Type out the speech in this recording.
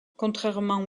contrairement